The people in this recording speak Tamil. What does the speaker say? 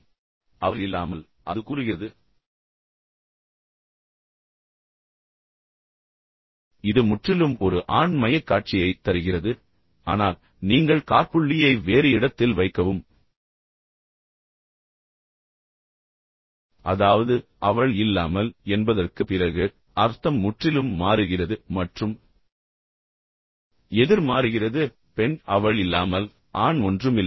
எனவே அவர் இல்லாமல் அது கூறுகிறது எதுவும் இல்லை இது முற்றிலும் ஒரு ஆண் மையக் காட்சியைத் தருகிறது ஆனால் நீங்கள் காற்புள்ளியை மாற்றினால் அதை வேறு இடத்தில் வைக்கவும் அதாவது அவள் இல்லாமல் என்பதற்கு பிறகு அர்த்தம் முற்றிலும் மாறுகிறது மற்றும் எதிர் மாறுகிறது பெண் அவள் இல்லாமல் ஆண் ஒன்றுமில்லை